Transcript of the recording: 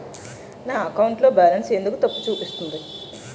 నా అకౌంట్ లో బాలన్స్ ఎందుకు తప్పు చూపిస్తుంది?